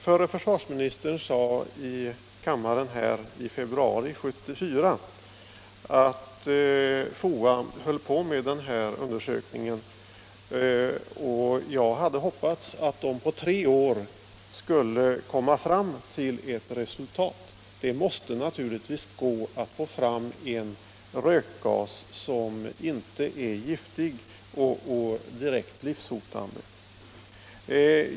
Förre försvarsministern sade i kammaren i februari 1974 att FOA höll på med den här undersökningen, och jag hade hoppats att forskningsanstalten på tre år skulle ha kommit fram till ett resultat. Det måste naturligtvis gå att få fram en rökgas som inte är giftig och direkt livshotande.